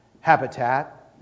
habitat